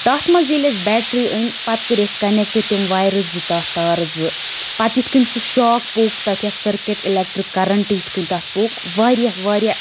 تَتھ منٛز ییٚلہِ اسہِ بیٹری أنۍ پَتہٕ کٔرۍ اسہِ کَنیٚکٹہٕ تِم وایرٕ زٕ تَتھ تار زٕ پَتہٕ یِتھ کٔنۍ سُہ شاک پوٚک تَتھ یا سٔرکیٚٹ اِلیٚکٹِرٛک کَرَنٛٹہٕ یِتھ کٔنۍ تَتھ پوٚک واریاہ واریاہ